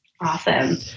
Awesome